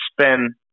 spin